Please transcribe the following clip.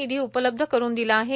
निधी उपलब्ध करून दिला आहे